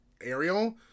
Ariel